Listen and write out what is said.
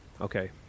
okay